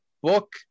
book